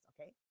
Okay